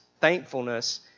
thankfulness